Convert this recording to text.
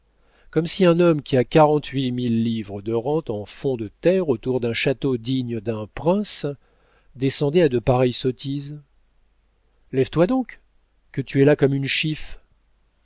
comme si un homme qui a quarante-huit mille livres de rente en fonds de terre autour d'un château digne d'un prince descendait à de pareilles sottises lève-toi donc que tu es là comme une